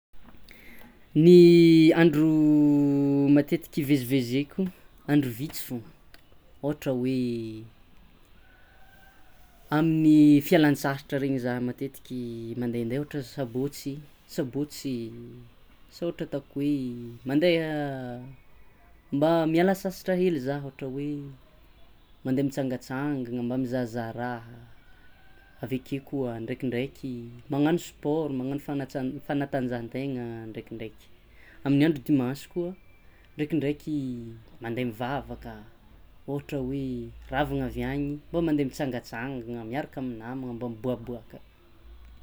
Ny andro matetiky hivezivezeko andro vitsy fôgna, ohatra hoe amin'ny fialan-tsasatra regny zah mandende ôhatra sabôtsy sabôtsy asa ohatra hoe mande mba miala sasatra hely zah ohatra hoe mande mitsangatsangana mba mizahazaha raha, aveke koa ndrekindreky magnagno sport magnagno fanats- fanatanjahantegna ndrekindreky amin'ny andro dimansy koa ndrekindreky mande mivavaka ohatra hoe miravana avy any mbô mande mitsangatsangana miaraka amy namagna mba miboaboaka.